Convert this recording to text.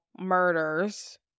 Murders